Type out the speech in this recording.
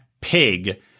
pig